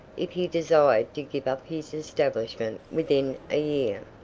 if he desired to give up his establishment within a year.